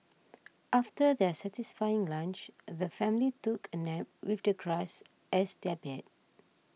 after their satisfying lunch the family took a nap with the grass as their bed